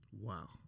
Wow